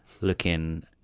looking